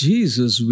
Jesus